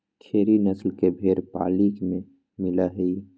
खेरी नस्ल के भेंड़ पाली में मिला हई